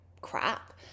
crap